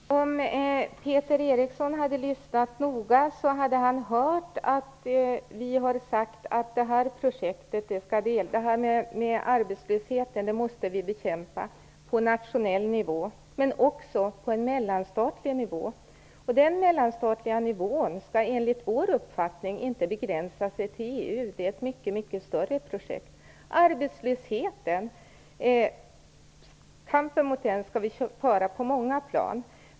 Fru talman! Om Peter Eriksson hade lyssnat noga hade han hört att vi har sagt att vi måste bekämpa arbetslösheten på nationell nivå men också på en mellanstatlig nivå. Den mellanstatliga nivån skall enligt vår uppfattning inte begränsa sig till EU. Det är ett mycket större projekt. Kampen mot arbetslösheten skall vi föra på många plan.